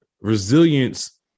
resilience